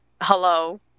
hello